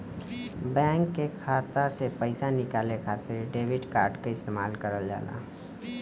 bank के खाता से पइसा निकाले खातिर डेबिट कार्ड क इस्तेमाल करल जाला